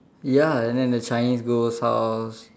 ya and then the Chinese ghost house